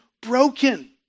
broken